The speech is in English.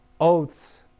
oaths